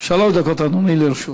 שלוש דקות לרשותך,